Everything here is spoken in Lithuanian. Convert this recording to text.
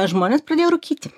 žmonės pradėjo rūkyti